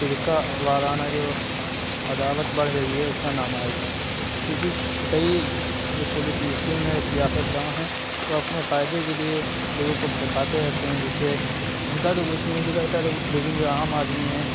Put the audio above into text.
فرقہ وارانہ جو عداوت بڑھ گئی ہے اُس کا نام آئے گا کیوں کہ کئی جو پولیٹیشین ہیں سیاست داں ہیں وہ اپنے فائدے کے لیے لوگوں کو بھڑکاتے رہتے ہیں جس سے اُن کا تو کچھ نہیں بگڑتا لیکن جو عام آدمی ہیں